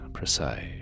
precise